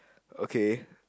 okay